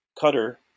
cutter